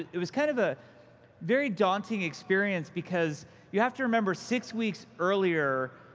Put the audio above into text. it was kind of a very daunting experience, because you have to remember, six weeks earlier,